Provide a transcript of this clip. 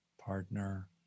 partner